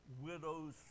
widow's